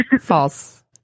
False